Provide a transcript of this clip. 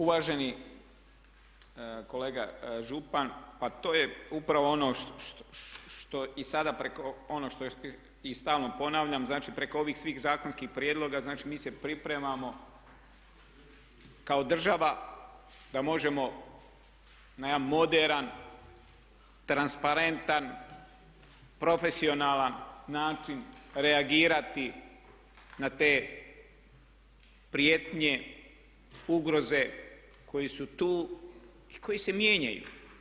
Uvaženi kolega Župan, pa to je upravo ono što i sada preko, ono što je, i stalno ponavljam, znači preko ovih svih zakonskih prijedloga, znači mi se pripremamo kao država da možemo na jedan moderan, transparentan, profesionalan način reagirati na te prijetnje, ugroze koje su tu i koje se mijenjaju.